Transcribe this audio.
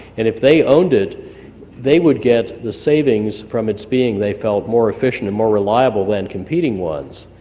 and if they owned it they would get the savings from its being they felt more efficient, and more reliable than competing ones,